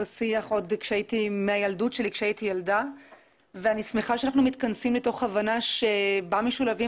שיח עוד כשהייתי ילדה ואני שמחה שאנחנו מתכנסים מתוך הבנה בה משולבים